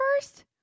first